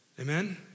Amen